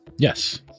Yes